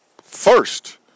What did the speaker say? first